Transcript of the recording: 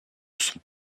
sont